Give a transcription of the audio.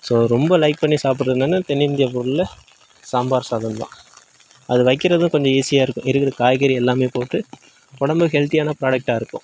so ரொம்ப like பண்ணி சாப்புட்றது என்னென்னால் தென்னிந்தியா பொருளில் சாம்பார் சாதம் தான் அது வைக்கிறதும் கொஞ்சம் ஈஸியாக இருக்கும் இருக்கிற காய்கறி எல்லாமே போட்டு உடம்பு ஹெல்தியான ப்ராடக்டாக இருக்கும்